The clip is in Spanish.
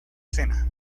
cena